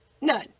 None